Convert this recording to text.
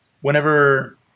whenever